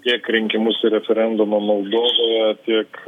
tiek rinkimus referendumo moldovoje tiek